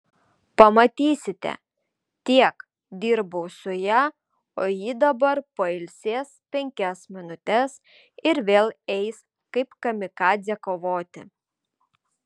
pamatysite tiek dirbau su ja o ji dabar pailsės penkias minutes ir vėl eis kaip kamikadzė kovoti